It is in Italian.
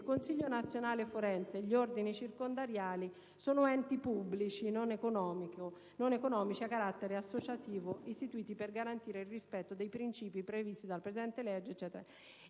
«Il Consiglio nazionale forense e gli ordini circondariali sono enti pubblici non economici a carattere associativo istituiti per garantire il rispetto dei princìpi previsti dalla presente legge e delle